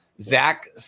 Zach